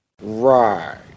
Right